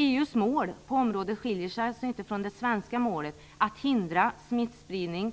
EU:s mål på området skiljer sig alltså inte från det svenska målet - att hindra smittspridning